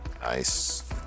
Nice